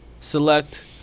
select